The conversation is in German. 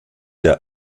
der